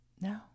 no